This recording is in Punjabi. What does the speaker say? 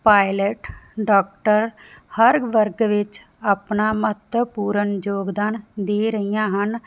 ਪਾਇਲਟ ਡਾਕਟਰ ਹਰ ਵਰਗ ਵਿੱਚ ਆਪਣਾ ਮਹੱਤਵਪੂਰਨ ਯੋਗਦਾਨ ਦੇ ਰਹੀਆਂ ਹਨ